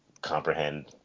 comprehend